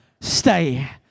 stay